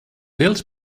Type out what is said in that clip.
built